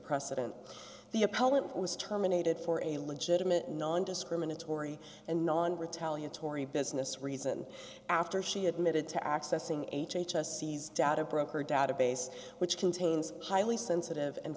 precedent the appellant was terminated for a legitimate nondiscriminatory and non retaliatory business reason after she admitted to accessing h h s c's data broker database which contains highly sensitive and